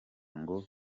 ngo